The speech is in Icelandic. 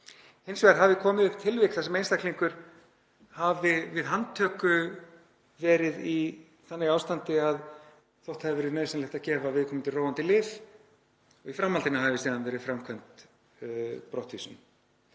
Hins vegar hafi komið upp tilvik þar sem einstaklingur hafi við handtöku verið í þannig ástandi að þótt hafi nauðsynlegt að gefa viðkomandi róandi lyf. Í framhaldinu hafi síðan brottvísun